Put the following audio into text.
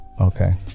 Okay